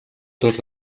dos